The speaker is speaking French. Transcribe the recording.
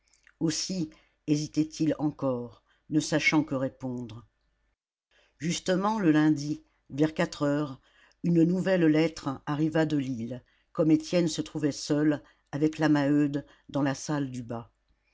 aussi hésitait il encore ne sachant que répondre justement le lundi vers quatre heures une nouvelle lettre arriva de lille comme étienne se trouvait seul avec la maheude dans la salle du bas